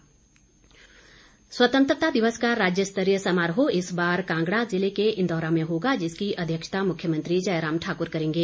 स्वतंत्रता दिवस स्वतंत्रता दिवस का राज्यस्तरीय समारोह इस बार कांगडा जिले के इंदौरा में होगा जिसकी अध्यक्षता मुख्यमंत्री जयराम ठाकुर करेंगे